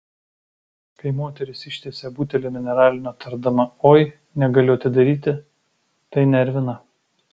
kai moteris ištiesia butelį mineralinio tardama oi negaliu atidaryti tai nervina